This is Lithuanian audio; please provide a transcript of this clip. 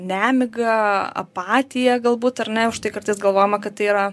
nemiga apatija galbūt ar ne už tai kartais galvojama kad tai yra